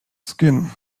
skin